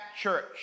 church